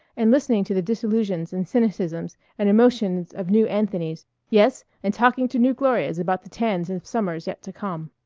and listening to the disillusions and cynicisms and emotions of new anthonys yes, and talking to new glorias about the tans of summers yet to come.